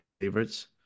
favorites